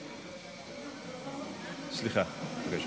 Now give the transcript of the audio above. סליחה.